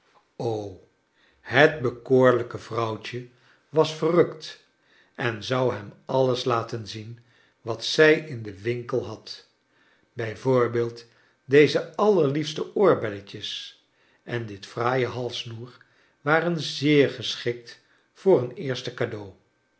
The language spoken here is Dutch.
het bekoorlijke vrouwtje was verrukt en zou hem alles laten zien wat zij in den winkel had b v deze allerliefste oorbelletjes en dit fraaie halssnoer waren zeer geschikt voor een eerste cadeau